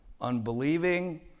unbelieving